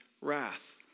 wrath